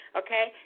okay